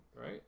right